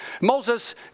Moses